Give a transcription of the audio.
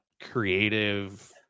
creative